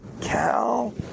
Cal